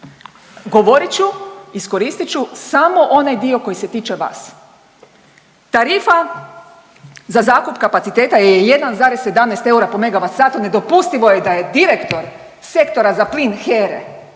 Govorit ću, iskoristit ću samo onaj dio koji se tiče vas. Tarifa za zakup kapaciteta je 1,17 eura po megavat satu. Nedopustivo je da je direktor Sektora za plin